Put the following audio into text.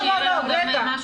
לא, רגע.